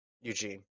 Eugene